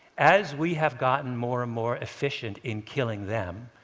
as we have gotten more and more efficient in killing them,